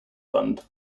fund